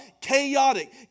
chaotic